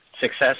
success